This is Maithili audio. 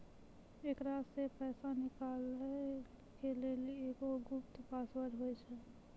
एकरा से पैसा निकालै के लेली एगो गुप्त पासवर्ड होय छै